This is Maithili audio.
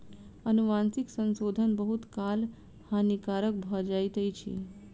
अनुवांशिक संशोधन बहुत काल हानिकारक भ जाइत अछि